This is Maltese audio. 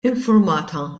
infurmata